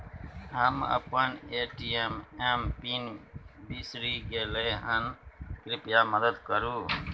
हम अपन ATM PIN बिसरि गलियै हन, कृपया मदद करु